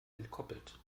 entkoppelt